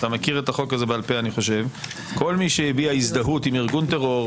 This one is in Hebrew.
אתה מכיר את החוק הזה בעל פה אני חושב עם ארגון טרור,